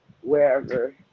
wherever